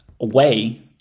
away